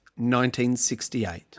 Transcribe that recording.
1968